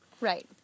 Right